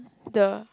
the